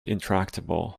intractable